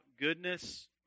goodness